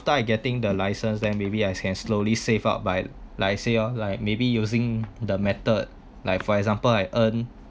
after I getting the license then maybe I can slowly save up by like I say oh like maybe using the method like for example I earn